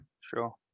sure